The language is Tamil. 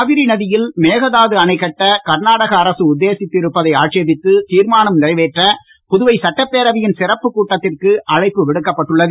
காவிரி நதியில் மேகதாது அணை கட்ட கர்நாடக அரசு உத்தேசித்து இருப்பதை ஆட்சேபித்து தீர்மானம் நிறைவேற்ற புதுவை சட்டப் பேரவையின் சிறப்புக் கூட்டத்திற்கு அழைப்பு விடுக்கப்பட்டு உள்ளது